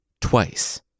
twice